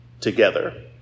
together